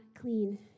clean